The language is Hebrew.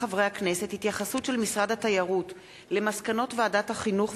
התייחסות של משרד התיירות למסקנות ועדת החינוך,